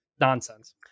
nonsense